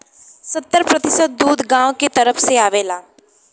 सत्तर प्रतिसत दूध गांव के तरफ से आवला